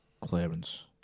clearance